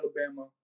Alabama